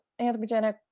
anthropogenic